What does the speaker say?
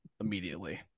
immediately